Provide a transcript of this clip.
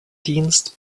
dienst